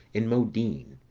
in modin,